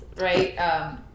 right